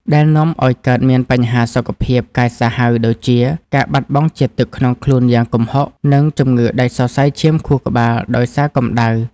ដែលនាំឱ្យកើតមានបញ្ហាសុខភាពកាចសាហាវដូចជា ការបាត់បង់ជាតិទឹកក្នុងខ្លួនយ៉ាងគំហុក និងជំងឺដាច់សរសៃឈាមខួរក្បាលដោយសារកម្ដៅ។